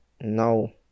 No